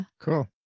Cool